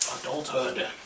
Adulthood